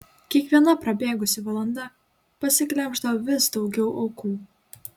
kiekviena prabėgusi valanda pasiglemždavo vis daugiau aukų